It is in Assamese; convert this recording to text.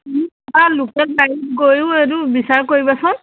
বা লোকেল বাৰীত গৈয়ো এইটো বিচাৰ কৰিবাচোন